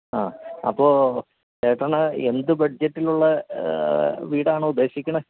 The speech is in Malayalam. ആ അപ്പോൾ ചേട്ടന് എന്ത് ബഡ്ജെറ്റിലുള്ള വീടാണ് ഉദ്ദേശിക്കണത്